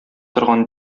торган